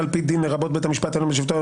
על פי דין לרבות בית המשפט העליון בשבתו,